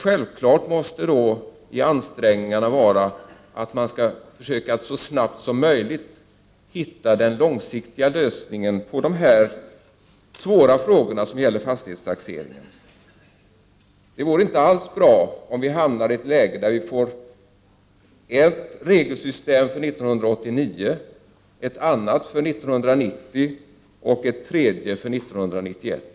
Självfallet måste då ansträngningarna gälla att så snabbt som möjligt försöka hitta den långsiktiga lösningen på dessa svåra frågor om fastighetstaxeringen. Det är inte bra om vi hamnar i ett läge med ett regelsystem för 1989, ett annat för 1990 och ett tredje för 1991.